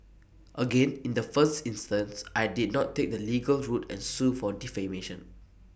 again in the first instance I did not take the legal route and sue for defamation